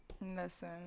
listen